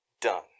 done